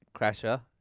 crasher